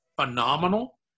phenomenal